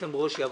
איתן ברושי.